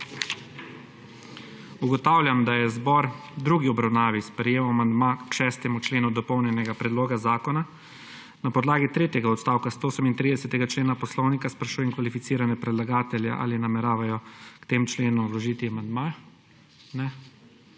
Ugotavljam, da je zbor v drugi obravnavi sprejel amandma k 87. členu dopolnjenega predloga zakona. Na podlagi tretjega odstavka 138. člena poslovnika sprašujem kvalificirane predlagatelje, ali nameravajo k temu členu vložiti amandmaje.